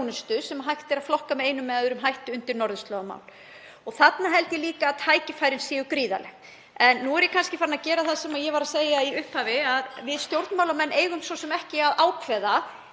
sem hægt er að flokka með einum eða öðrum hætti undir norðurslóðamál. Þarna held ég líka að tækifærin séu gríðarleg. En nú er ég kannski farin að gera það sem ég var að tala um í upphafi, þ.e. að við stjórnmálamenn eigum svo sem ekki að ákveða